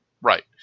Right